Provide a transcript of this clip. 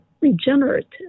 regenerative